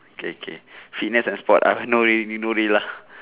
okay okay fitness and sport I know already know already lah